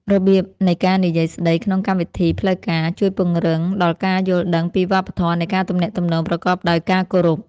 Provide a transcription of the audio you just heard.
របៀបនៃការនិយាយស្តីក្នុងកម្មវិធីផ្លូវការ ជួយពង្រឹងដល់ការយល់ដឹងពីវប្បធម៌នៃការទំនាក់ទំនងប្រកបដោយការគោរព។